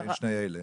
מבין שתי אלו?